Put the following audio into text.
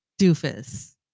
Doofus